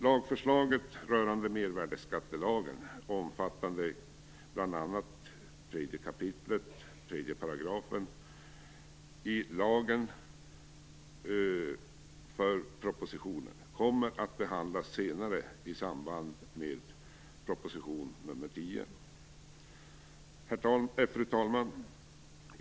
Lagförslaget rörande mervärdesskattelagen omfattar bl.a. 3 kap. 3 § i lagen. Propositionen kommer att behandlas senare i samband med proposition nr 10. Fru talman!